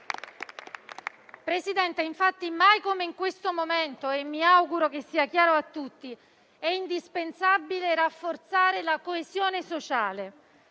Presidente, mai come in questo momento - e mi auguro che sia chiaro a tutti - è indispensabile rafforzare la coesione sociale,